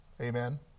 Amen